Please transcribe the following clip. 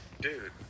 Dude